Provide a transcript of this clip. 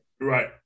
Right